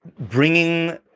bringing